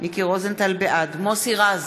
מוסי רז,